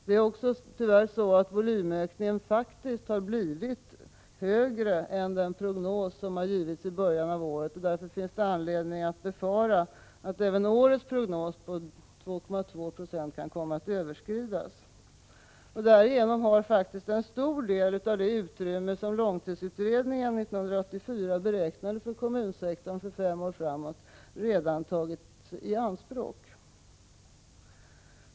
Det är tyvärr också så att volymökningen faktiskt har blivit större än den prognos som gavs i början av året. Därför finns det anledning att befara att även årets prognos på 2,2 Ze kan komma att överskridas. Därigenom har faktiskt en stor del av det utrymme som långtidsutredningen 1984 beräknade för kommunsektorn för fem år framåt redan tagits i anspråk.